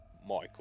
Michael